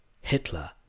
Hitler